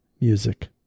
music